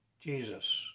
Jesus